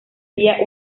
día